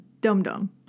dumb-dumb